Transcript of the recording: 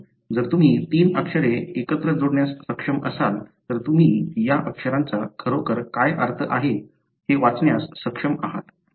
म्हणून जर तुम्ही तीन अक्षरे एकत्र जोडण्यास सक्षम असाल तर तुम्ही या अक्षरांचा खरोखर काय अर्थ आहे हे वाचण्यास सक्षम आहात